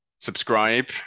subscribe